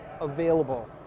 available